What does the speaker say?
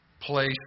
place